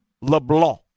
LeBlanc